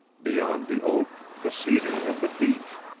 beyond the oak, the cedar, and the beech,